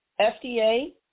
fda